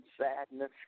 sadness